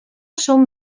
són